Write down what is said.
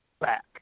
back